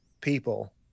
people